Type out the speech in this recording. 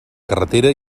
carretera